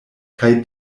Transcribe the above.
kaj